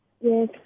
Yes